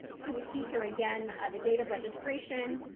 so we see here again the date of registration,